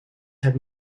have